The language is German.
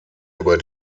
über